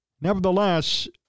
Nevertheless